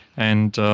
and